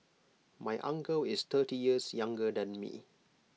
my uncle is thirty years younger than me